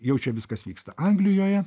jau čia viskas vyksta anglijoje